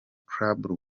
club